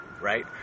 right